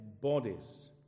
bodies